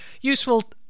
useful